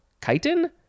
chitin